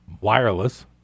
wireless